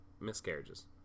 miscarriages